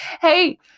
Hey